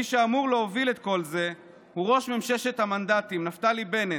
מי שאמור להוביל את כל זה הוא ראש ממששת המנדטים נפתלי בנט,